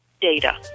data